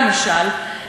למשל,